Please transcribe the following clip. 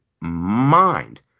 Mind